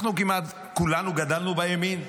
אנחנו, כמעט כולנו, גדלנו בימין,